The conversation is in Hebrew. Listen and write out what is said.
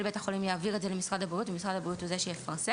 בית החולים יעביר את זה למשרד הבריאות ומשרד הבריאות הוא זה שיפרסם,